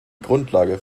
grundlage